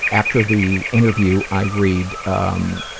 after the interview i read um.